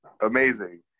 amazing